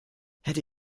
hätte